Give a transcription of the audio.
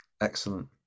Excellent